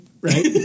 right